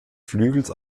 flügels